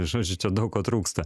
žodžiu daug ko trūksta